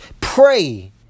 pray